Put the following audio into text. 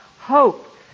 hope